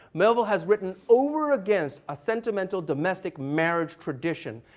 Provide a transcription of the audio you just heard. melville has written over against a sentimental domestic marriage tradition.